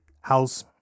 house